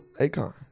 Akon